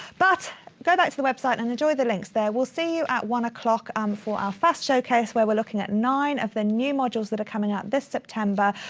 but go back to the website and enjoy the links there. we'll see you at one o'clock um for our first showcase, where we're looking at nine of the new modules that are coming out this september.